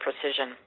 precision